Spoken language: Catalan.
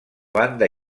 banda